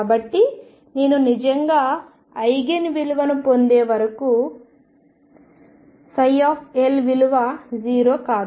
కాబట్టి నేను నిజంగా ఐగెన్ విలువను పొందే వరకు ψ విలువ 0 కాదు